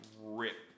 rip